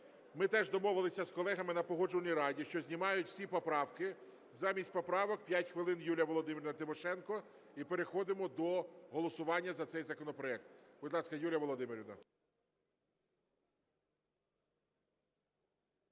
Ми теж домовились з колегами на Погоджувальній раді, що знімають всі поправки, замість поправок – 5 хвилин, Юлія Володимирівна Тимошенко, і переходимо до голосування за цей законопроект. Будь ласка, Юлія Володимирівна.